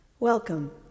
Welcome